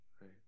Right